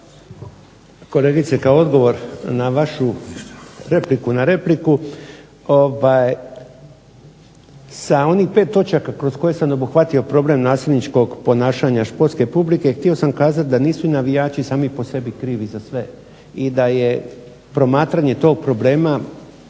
Kolegice kao odgovor na vaša repliku na repliku sa onih pet točaka kroz koje sam obuhvatio problem nasilničkog ponašanja sportske publike htio sam reći da nisu i navijači sami po sebi krivi za sve i da je promatranje tog problema